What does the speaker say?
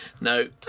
No